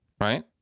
right